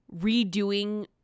redoing